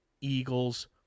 Eagles